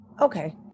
Okay